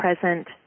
present